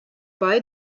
bei